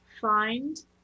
find